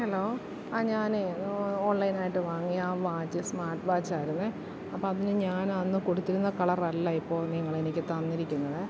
hello ആ ഞാനേ online ആയിട്ട് വാങ്ങിയ ആ വാച്ച് സ്മാർട്ട് വാച്ച് ആയിരുന്നേ അപ്പോൾ അതിന് ഞാൻ അന്ന് കൊടുത്തിരുന്ന കളർ അല്ല ഇപ്പോൾ നിങ്ങൾ എനിക്ക് തന്നിരിക്കുന്നത്